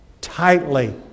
tightly